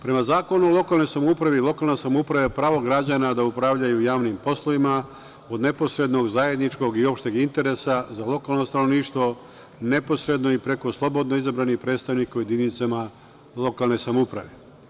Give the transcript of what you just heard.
Prema Zakonu o lokalnoj samoupravi, lokalna samouprava je pravo građana da upravljaju javnim poslovima od neposrednog, zajedničkog i opšteg interesa za lokalno stanovništvo neposredno i preko slobodno izabranih predstavnika u jedinicama lokalne samouprave.